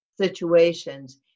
situations